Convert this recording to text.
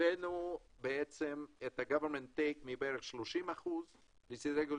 הבאנו את ה"גברמנט טייק" מבערך 30% לסדרי גודל